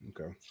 Okay